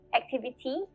activity